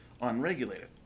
unregulated